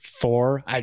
four